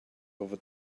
over